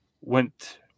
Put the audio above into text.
went